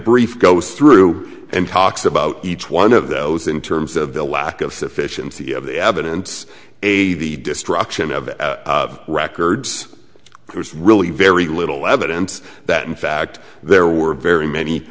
brief goes through and talks about each one of those in terms of the lack of sufficiency of the evidence a the destruction of records there's really very little evidence that in fact there were very many